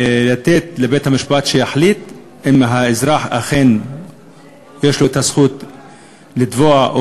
לתת לבית-המשפט שיחליט אם לאזרח אכן יש זכות לתבוע,